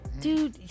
Dude